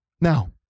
Now